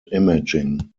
imaging